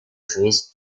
trees